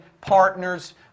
partners